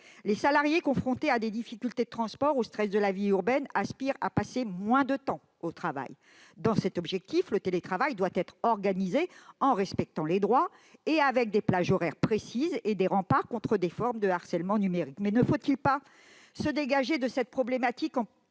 Les salariés confrontés à des difficultés de transport et au stress de la vie urbaine aspirent à passer moins de temps au travail. Dans cet objectif, le télétravail doit être organisé dans le respect des droits et selon des plages horaires précises, avec des remparts contre le harcèlement numérique. Mais ne faut-il pas se dégager de cette problématique